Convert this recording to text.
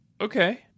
Okay